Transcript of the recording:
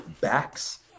backs